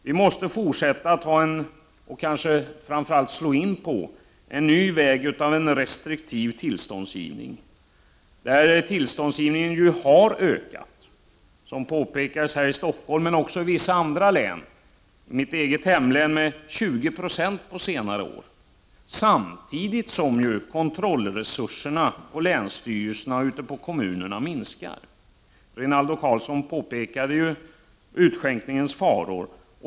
Vi måste slå in på en ny väg med restriktiv tillståndsgivning. Som påpekats har tillståndsgivningen ökat här i Stockholm, men också i vissa andra län. I mitt eget hemlän har den ökat med 20 26 på senare år. Samtidigt minskar ju kontrollresurserna hos länsstyrelserna och ute i kommunerna. Rinaldo Karlsson pekade på utskänkningens faror.